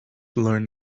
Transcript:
learn